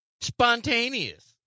spontaneous